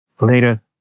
later